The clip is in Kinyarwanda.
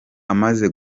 amaze